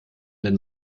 denn